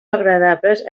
agradables